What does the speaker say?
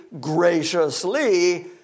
graciously